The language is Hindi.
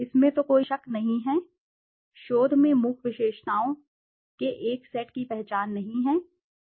इसमें तो कोई शक ही नहीं है शोध में मूक विशेषताओं के एक सेट की पहचान नहीं है